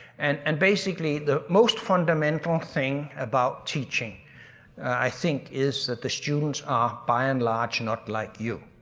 and and basically the most fundamental thing about teaching i think is that the students are by and large not like you.